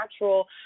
natural